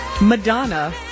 Madonna